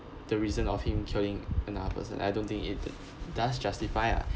the reason of him killing another person I don't think it does justify ah